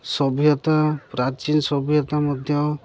ସଭ୍ୟତା ପ୍ରାଚୀନ ସଭ୍ୟତା ମଧ୍ୟ